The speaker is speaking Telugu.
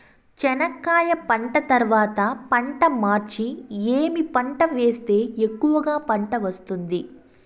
చెనక్కాయ పంట తర్వాత పంట మార్చి ఏమి పంట వేస్తే ఎక్కువగా పంట వస్తుంది?